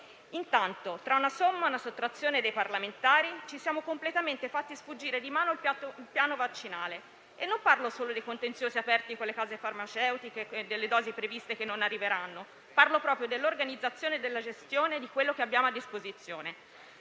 Intanto, tra una somma e una sottrazione dei parlamentari, ci siamo completamente fatti sfuggire di mano il piano vaccinale e non parlo solo di contenziosi aperti con le case farmaceutiche e delle dosi previste che non arriveranno, ma parlo proprio dell'organizzazione e della gestione di quello che abbiamo a disposizione.